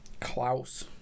Klaus